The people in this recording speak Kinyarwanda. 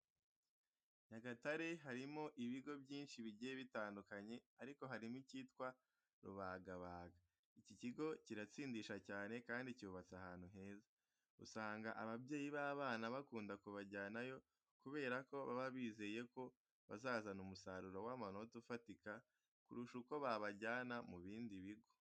Nyagatare harimo ibigo byinshi bigiye bitandukanye ariko harimo icyitwa Rubagabaga. Iki kigo kiratsindisha cyane kandi cyubatse ahantu heza. Usanga ababyeyi b'abana bakunda kubajyanayo kubera ko baba bizeye ko bazazana umusaruro w'amanota ufatika kurusha uko babajyana mu bindi bigo.